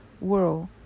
world